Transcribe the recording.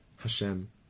Hashem